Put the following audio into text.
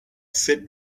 fit